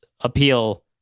appeal